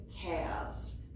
calves